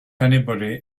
anybody